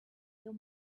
your